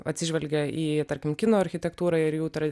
atsižvelgė į tarkim kinų architektūrą ir jų tra